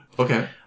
Okay